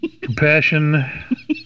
compassion